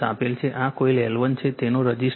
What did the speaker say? આ coil L1 છે તેનો રઝિસ્ટન્સ 0